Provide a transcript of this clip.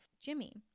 Jimmy